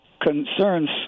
concerns